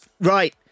Right